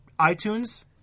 iTunes